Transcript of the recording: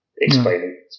Explaining